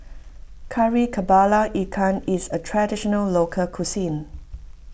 Kari Kepala Ikan is a Traditional Local Cuisine